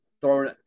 throwing –